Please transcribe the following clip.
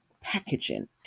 packaging